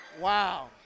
wow